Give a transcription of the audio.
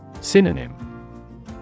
Synonym